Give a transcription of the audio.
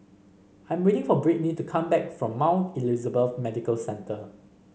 I am waiting for Brittnee to come back from Mount Elizabeth Medical Centre